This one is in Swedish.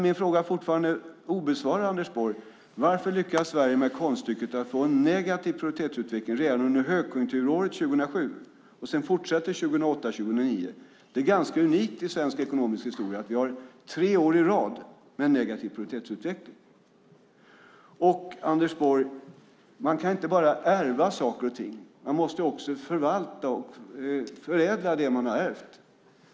Min fråga är fortfarande obesvarad, Anders Borg: Varför lyckades Sverige med konststycket att få en negativ produktivitetsutveckling redan under högkonjunkturåret 2007 som sedan fortsätter 2008 och 2009? Det är ganska unikt i svensk ekonomisk historia att vi tre år i rad har negativ produktivitetsutveckling. Anders Borg! Man kan inte bara ärva saker och ting. Man måste också förvalta och förädla det man har ärvt.